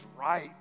right